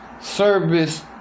service